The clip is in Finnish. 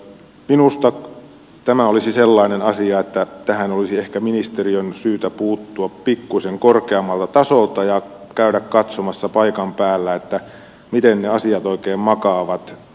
minusta tämä olisi sellainen asia että tähän olisi ehkä ministeriön syytä puuttua pikkusen korkeammalta tasolta ja käydä katsomassa paikan päällä että miten ne asiat oikein makaavat